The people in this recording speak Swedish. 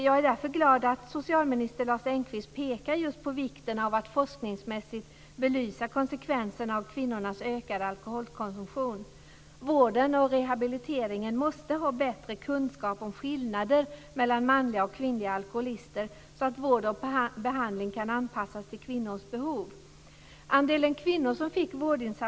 Jag är därför glad att socialminister Lars Engqvist pekar på vikten av att forskningsmässigt belysa konsekvenserna av kvinnornas ökade alkoholkonsumtion. Vården och rehabiliteringen måste ha bättre kunskap om skillnader mellan manliga och kvinnliga alkoholister så att vård och behandling kan anpassas till kvinnors behov.